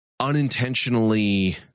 Unintentionally